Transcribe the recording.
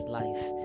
life